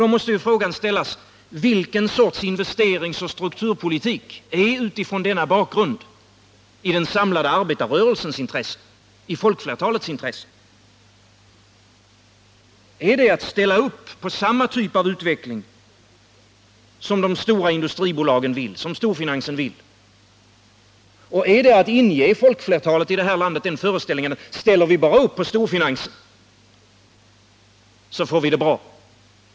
Då måste frågan ställas: Vilken sorts investeringsoch strukturpolitik är utifrån denna bakgrund i den samlade arbetarrörelsens intresse, i folkflertalets intresse? Är det att ställa upp på samma typ av utveckling som de stora industribolagen och storfinansen vill ha? Är det att inge folkflertalet i det här landet den föreställningen att ställer vi bara upp för storfinansen så får vi det bra.